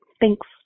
Thanks